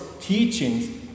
teachings